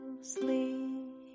sleep